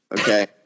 okay